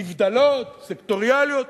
נבדלים, סקטוריאליים,